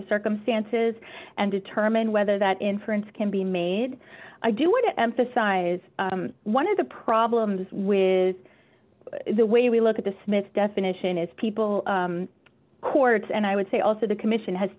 the circumstances and determine whether that inference can be made i do want to emphasize one of the problems with the way we look at the smith definition is people courts and i would say also the commission has